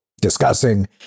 discussing